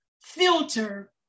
filter